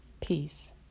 Peace